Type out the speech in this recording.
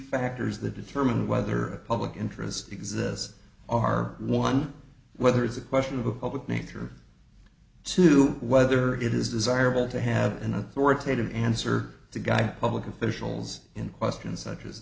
factors that determine whether a public interest exists are one whether it's a question of a public nature to whether it is desirable to have an authoritative answer to guy public officials in question such as